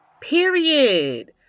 Period